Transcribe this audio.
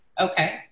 Okay